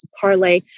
parlay